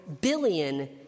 billion